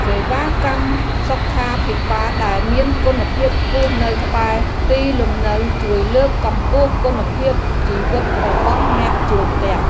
សេវាកម្មសុខាភិបាលដែលមានគុណភាពខ្ពស់នៅក្បែរទីលំនៅជួយលើកកម្ពស់គុណភាពជីវិតរបស់អ្នកជួលផ្ទះ។